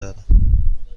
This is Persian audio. دارم